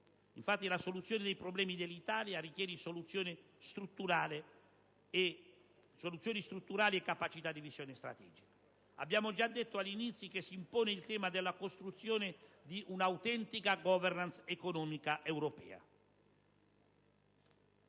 meglio. La soluzione dei problemi dell'Italia richiede soluzioni strutturali e capacità di visione strategica. Abbiamo già detto all'inizio che si impone il tema della costruzione di una autentica *governance* economica europea.